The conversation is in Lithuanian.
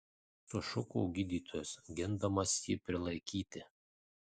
sušuko gydytojas gindamas jį prilaikyti